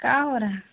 क्या हो रहा है